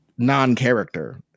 non-character